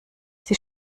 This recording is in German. sie